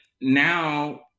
now